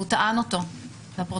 והוא טען אותו לפרוטוקול.